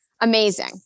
amazing